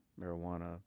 marijuana